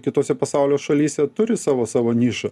kitose pasaulio šalyse turi savo savo nišą